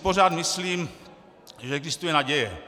Pořád si myslím, že existuje naděje.